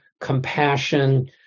compassion